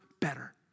better